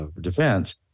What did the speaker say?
defense